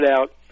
out